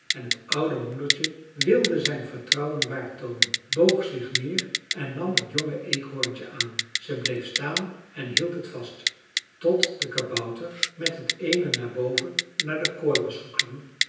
en t oude moedertje wilde zich zijn vertrouwen waard toonen boog zich neer en nam het jonge eekhoorntje aan zij bleef staan en hield het vast tot de kabouter met het eene naar boven naar de kooi was geklommen